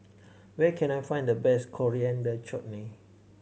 where can I find the best Coriander Chutney